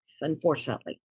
unfortunately